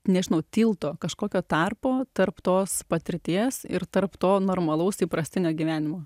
nežinau tilto kažkokio tarpo tarp tos patirties ir tarp to normalaus įprastinio gyvenimo